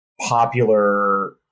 popular